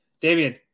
Damien